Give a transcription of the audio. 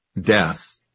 death